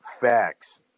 facts